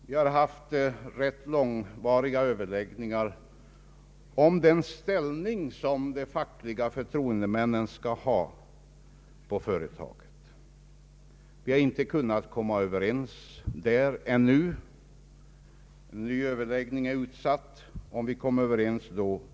Vi har haft ganska långvariga överläggningar om den ställning som de fackliga förtroendemännen skall ha på företagen. Vi har inte kunnat komma överens ännu, och en ny överläggning är utsatt. Jag vet inte om vi kan komma överens då.